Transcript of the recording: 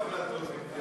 ההסתייגות (17) של